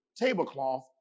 tablecloth